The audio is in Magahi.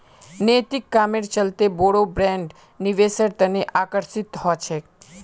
नैतिक कामेर चलते बोरो ब्रैंड निवेशेर तने आकर्षित ह छेक